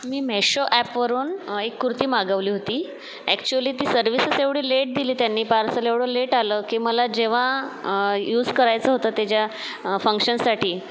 मी मेशो ॲपवरून एक कुर्ती मागवली होती ऍक्च्युली ती सर्विसच एवढी एवढी लेट दिली त्यांनी पार्सल एवढं लेट आलं की मला जेव्हा यूज करायचं होतं ते ज्या फंक्शनसाठी